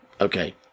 Okay